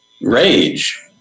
rage